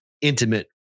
intimate